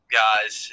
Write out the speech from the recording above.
guys